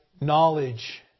knowledge